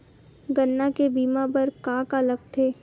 गन्ना के बीमा बर का का लगथे?